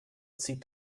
zieht